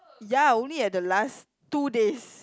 ya only at the last two days